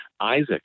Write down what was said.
Isaac